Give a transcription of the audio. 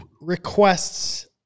requests